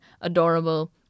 adorable